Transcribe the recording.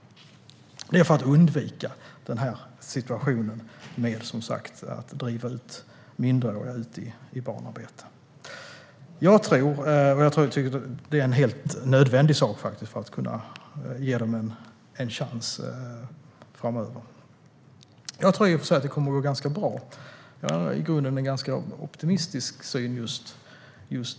Det är för att undvika situationen där man driver ut minderåriga i barnarbete. Jag tror att det är helt nödvändigt för att ge de här ungdomarna en chans framöver. Jag tror i och för sig att det kommer att gå ganska bra. Jag har i grunden en ganska optimistisk syn just nu.